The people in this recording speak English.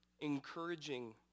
Encouraging